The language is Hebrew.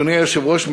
אדוני היושב-ראש,